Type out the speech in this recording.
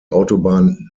autobahn